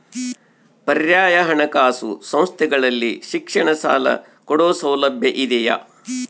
ಪರ್ಯಾಯ ಹಣಕಾಸು ಸಂಸ್ಥೆಗಳಲ್ಲಿ ಶಿಕ್ಷಣ ಸಾಲ ಕೊಡೋ ಸೌಲಭ್ಯ ಇದಿಯಾ?